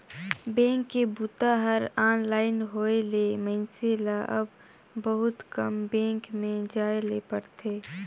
bank के बूता हर ऑनलाइन होए ले मइनसे ल अब बहुत कम बेंक में जाए ले परथे